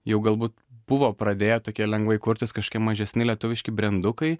jau galbūt buvo pradėję tokie lengvai kurtis kažkokie mažesni lietuviški brendukai